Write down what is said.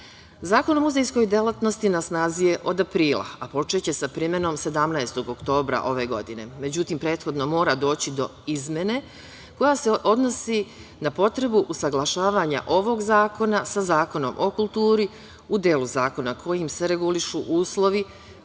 o muzejskoj delatnosti na snazi je od aprila, a počeće sa primenom 17. oktobra ove godine. Međutim, prethodno mora doći do izmene koja se odnosi na potrebu usaglašavanja ovog zakona sa Zakonom o kulturi u delu zakona kojim se regulišu uslovi